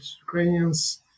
Ukrainians